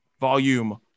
volume